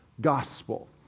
gospel